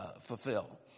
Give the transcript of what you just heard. fulfill